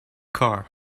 car